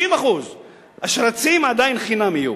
90%. השרצים עדיין חינם יהיו.